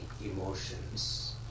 emotions